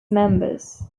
members